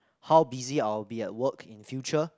how busy I'll be at work in future